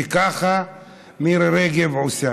וככה מירי רגב עושה.